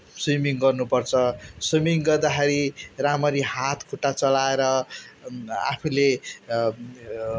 swimming गर्नुपर्छ swimming गर्दाखेरि राम्ररी हातखुट्टा चलाएर आफूले